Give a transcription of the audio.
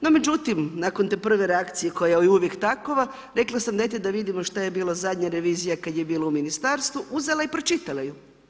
No međutim nakon te prve reakcije koja je uvijek takva, rekla sam dajte da vidimo šta je bila zadnja revizija kada je bila u ministarstvu, uzela i pročitala ju.